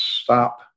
stop